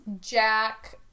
Jack